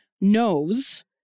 knows